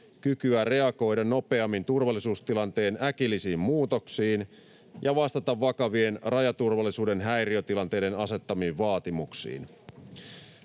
kykyä reagoida nopeammin turvallisuustilanteen äkillisiin muutoksiin ja vastata vakavien rajaturvallisuuden häiriötilanteiden asettamiin vaatimuksiin.